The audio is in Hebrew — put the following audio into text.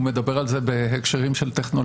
הוא מדבר על זה בהקשרים של טכנולוגיה.